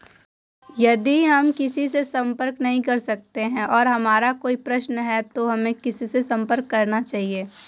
यदि हम किसी से संपर्क नहीं कर सकते हैं और हमारा कोई प्रश्न है तो हमें किससे संपर्क करना चाहिए?